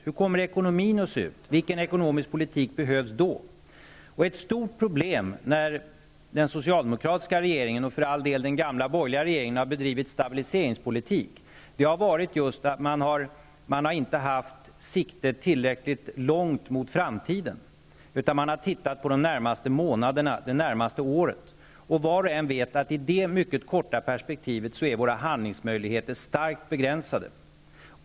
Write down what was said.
Hur kommer ekonomin att se ut? Vilken ekonomisk politik behövs då? Ett stort problem när den socialdemokratiska regeringen och för all del den gamla borgerliga regeringen har bedrivit stabiliseringspolitik har varit just att man inte har haft siktet tillräckligt långt mot framtiden utan man har tittat på de närmaste månaderna, det närmaste året. Var och en vet att i det mycket korta perspektivet är våra handlingsmöjligheter starkt begränsade.